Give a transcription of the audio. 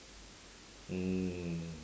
mm